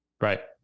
Right